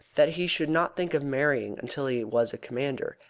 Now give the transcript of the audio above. that he should not think of marrying until he was a commander.